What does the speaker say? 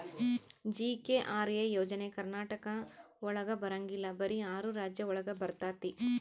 GKRA ಯೋಜನೆ ಕರ್ನಾಟಕ ಒಳಗ ಬರಂಗಿಲ್ಲ ಬರೀ ಆರು ರಾಜ್ಯ ಒಳಗ ಬರ್ತಾತಿ